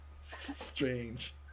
strange